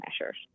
measures